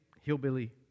hillbilly